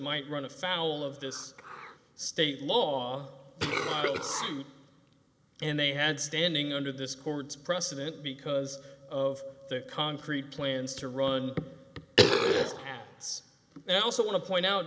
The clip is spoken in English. might run afoul of this state law suits and they had standing under this court's precedent because of their concrete plans to run out it's also want to point out